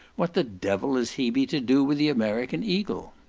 what the devil has hebe to do with the american eagle?